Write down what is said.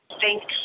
Thanks